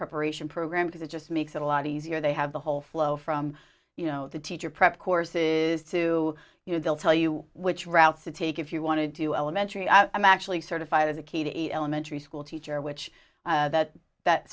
preparation program because it just makes it a lot easier they have the whole flow from you know the teacher prep courses to you know they'll tell you which routes to take if you want to do elementary i am actually certified as a kid eight elementary school teacher which that that